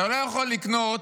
אתה לא יכול לקנות,